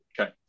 Okay